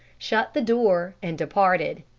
shut the door and departed.